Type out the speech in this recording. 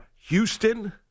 Houston